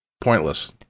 pointless